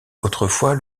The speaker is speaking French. autrefois